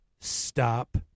Stop